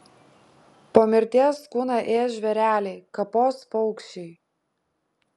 po mirties kūną ės žvėreliai kapos paukščiai